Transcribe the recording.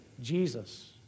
Jesus